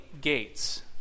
gates